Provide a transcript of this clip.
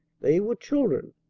they were children,